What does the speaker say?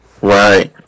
Right